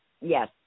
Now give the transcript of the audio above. Yes